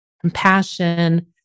compassion